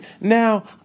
Now